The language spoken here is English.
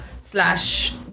slash